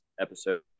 episode